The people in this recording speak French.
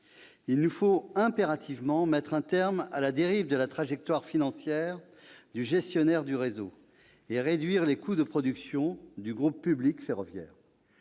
Il nous faut impérativement mettre un terme à la dérive de la trajectoire financière du gestionnaire du réseau, et réduire les coûts de production du groupe public ferroviaire.